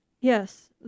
Yes